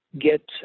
get